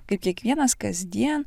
kaip kiekvienas kasdien